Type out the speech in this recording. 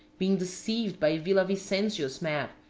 being deceived by villavicencio's map,